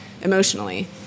emotionally